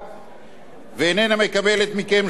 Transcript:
ואיננה מקבלת מכם שום זכות קיום,